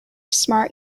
smart